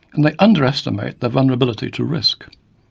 and they underestimate their vulnerability to risk.